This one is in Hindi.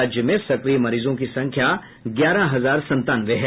राज्य में सक्रिय मरीजों की संख्या ग्यारह हजार संतानवे है